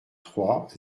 trois